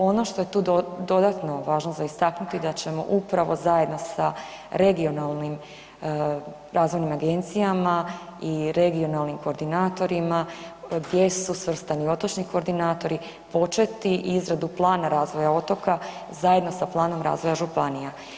Ono što je tu dodatno važno za istaknuti da ćemo upravo zajedno sa regionalnim razvojnim agencijama i regionalnim koordinatorima gdje su svrstani otočni koordinatori početi izradu plana razvoja otoka zajedno sa planom razvoja županija.